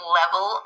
level